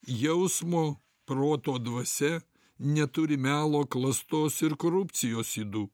jausmo proto dvasia neturi melo klastos ir korupcijos ydų